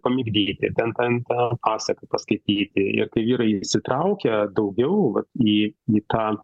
pamigdyti bent ten tą pasaką paskaityti ir kai vyrai įsitraukia daugiau vat į tą